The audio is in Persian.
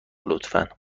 لطفا